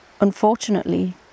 Unfortunately